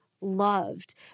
loved